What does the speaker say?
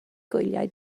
gwyliau